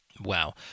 Wow